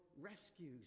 rescues